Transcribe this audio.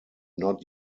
not